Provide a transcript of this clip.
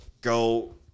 go